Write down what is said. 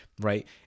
right